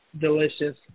delicious